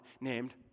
named